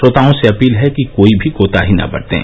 श्रोताओं से अपील है कि कोई भी कोताही न बरतें